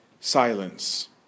Silence